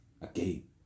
again